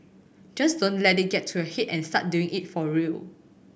just don't let it get to your head and start doing it for real